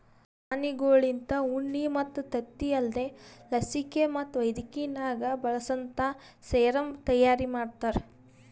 ಪ್ರಾಣಿಗೊಳ್ಲಿಂತ ಉಣ್ಣಿ ಮತ್ತ್ ತತ್ತಿ ಅಲ್ದೇ ಲಸಿಕೆ ಮತ್ತ್ ವೈದ್ಯಕಿನಾಗ್ ಬಳಸಂತಾ ಸೆರಮ್ ತೈಯಾರಿ ಮಾಡ್ತಾರ